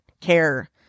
care